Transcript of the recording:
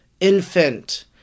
infant